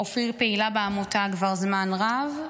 אופיר פעילה בעמותה כבר זמן רב,